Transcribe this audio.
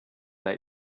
that